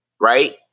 Right